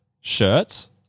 shirts